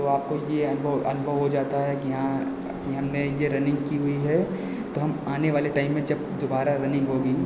तो आपको यह अनुभव अनुभव हो जाता है कि हाँ हमने यह रनिंग की हुई है तो आने वाले टाइम में जब दुबारा रनिंग होगी